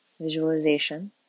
visualization